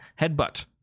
headbutt